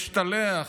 משתלח